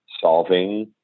solving